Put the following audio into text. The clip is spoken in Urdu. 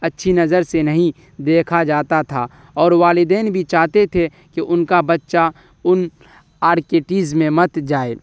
اچھی نظر سے نہیں دیکھا جاتا تھا اور والدین بھی چاہتے تھے کہ ان کا بچہ ان آرکیٹیز میں مت جائے